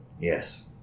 yes